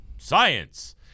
Science